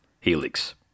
Helix